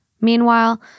Meanwhile